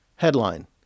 Headline